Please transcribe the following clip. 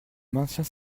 maintiens